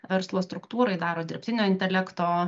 verslo struktūrai daro dirbtinio intelekto